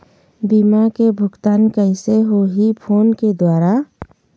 बीमा के भुगतान कइसे होही फ़ोन के द्वारा?